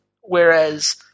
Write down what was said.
Whereas